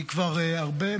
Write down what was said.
אני כבר הרבה,